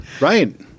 Right